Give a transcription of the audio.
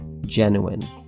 genuine